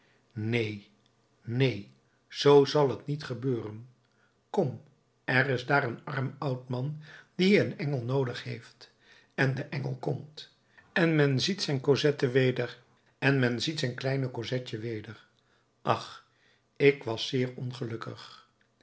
neen neen zoo zal t niet gebeuren kom er is daar een arm oud man die een engel noodig heeft en de engel komt en men ziet zijn cosette weder en men ziet zijn kleine cosetje weder ach ik was zeer ongelukkig